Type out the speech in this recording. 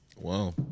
Wow